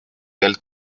del